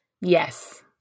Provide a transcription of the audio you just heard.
Yes